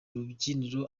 rubyiniro